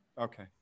Okay